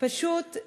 פשוט,